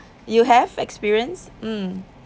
you have experience mm